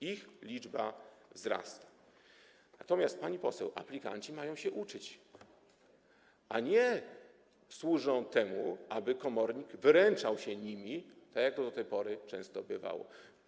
Ich liczba wzrasta, natomiast, pani poseł, aplikanci mają się uczyć, a nie służyć do tego, aby komornik wyręczał się nimi, tak jak to do tej pory często bywało.